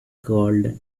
called